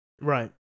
Right